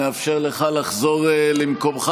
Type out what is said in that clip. נאפשר לך לחזור למקומך.